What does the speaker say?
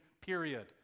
period